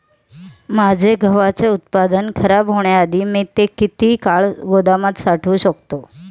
माझे गव्हाचे उत्पादन खराब होण्याआधी मी ते किती काळ गोदामात साठवू शकतो?